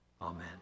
amen